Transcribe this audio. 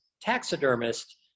taxidermist